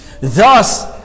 Thus